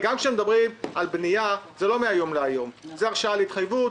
גם בנייה זה לא מהיום להיום, זו הרשאה להתחייבות,